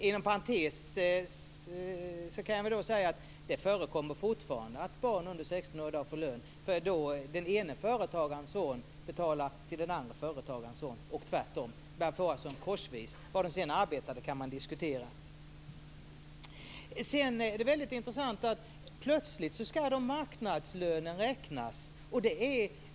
Inom parentes kan jag säga att det fortfarande förekommer att barn under 16 år får lön. Den ena företagarens som betalar till den andre företagarens son och tvärtom. Det sker korsvis, vad de sedan arbetar med kan man diskutera. Det är väldigt intressant att plötsligt ska marknadslönen räknas.